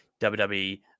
WWE